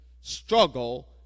struggle